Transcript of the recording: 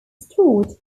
stored